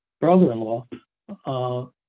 brother-in-law